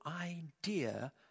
idea